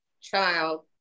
child